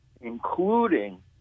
including